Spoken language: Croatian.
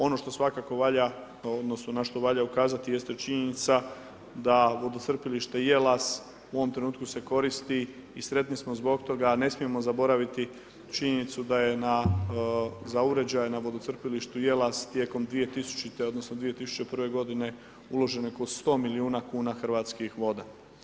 Ono što svakako valja, odnosno na što valja ukazati jeste činjenica da vodocrpilište Jelas u ovom trenutku se koristi i sretni smo zbog toga, a ne smijemo zaboraviti činjenicu da je za uređaj na vodocrpilištu Jelas tijek 2000., odnosno 2001. godine uloženo oko 100 milijuna kuna Hrvatskih voda.